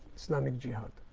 islamic jihad.